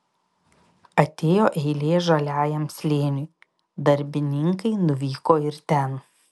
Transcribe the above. atėjo eilė žaliajam slėniui darbininkai nuvyko ir ten